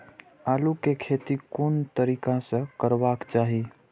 आलु के खेती कोन तरीका से करबाक चाही?